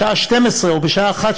בשעה 12:00 או בשעה 13:00,